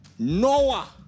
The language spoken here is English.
noah